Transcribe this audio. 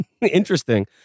Interesting